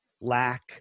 lack